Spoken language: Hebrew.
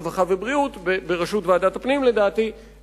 החיבור הזה בין בריאות והסביבה לא קיים במערכת הממשלתית.